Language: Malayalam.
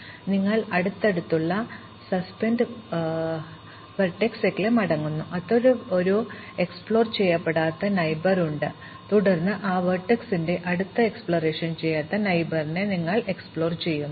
അതിനാൽ നിങ്ങൾ അടുത്തടുത്തുള്ള സസ്പെൻഡ് വെർടെക്സിലേക്ക് മടങ്ങുന്നു അത്തരം ഒരു പര്യവേക്ഷണം ചെയ്യപ്പെടാത്ത അയൽക്കാർ ഉണ്ട് തുടർന്ന് ആ വെർടെക്സിന്റെ അടുത്ത പര്യവേക്ഷണം ചെയ്യാത്ത അയൽക്കാരനെ നിങ്ങൾ പര്യവേക്ഷണം ചെയ്യുന്നു